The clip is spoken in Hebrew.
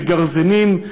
בגרזנים,